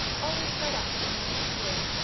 always got up the moment he woke,